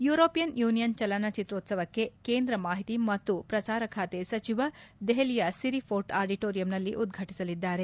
European Union ಚಲನಚಿತ್ರೋತ್ಸವಕ್ಕೆ ಕೇಂದ್ರ ಮಾಹಿತಿ ಮತ್ತು ಪ್ರಸಾರ ಖಾತೆ ಸಚಿವ ದೆಹಲಿಯ ಸಿರಿ ಫೋರ್ಟ ಆಡಿಟೋರಿಯಂನಲ್ಲಿ ಉದ್ಘಾಟಿಸಲಿದ್ದಾರೆ